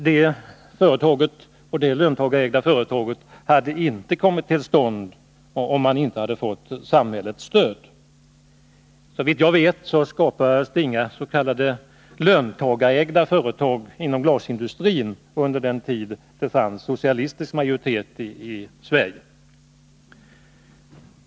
Dessa löntagarägda företag hade inte kommit till stånd, om man inte hade fått samhällets stöd. Såvitt jag vet skapades det inga löntagarägda företag inom glasindustrin under den tid då det fanns socialistisk majoritet i Sverige.